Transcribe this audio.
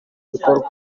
ibikorwa